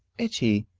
etty,